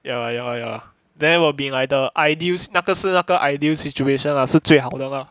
ya lah ya lah ya lah there were be like the ideal si~ 那个是那个 ideal situation lah 是最好的了